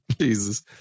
Jesus